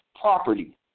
property